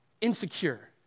insecure